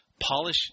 polish